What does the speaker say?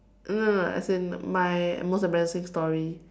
no no no as in my most embarrassing story